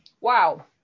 Wow